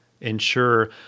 ensure